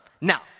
Now